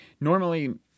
normally